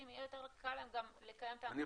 יהיה יותר קל להם גם לקיים את ההנחיות.